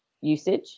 usage